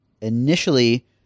initially